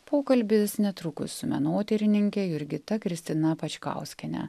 pokalbis netrukus su menotyrininke jurgita kristina pačkauskiene